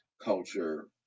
culture